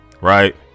Right